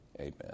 Amen